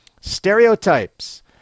stereotypes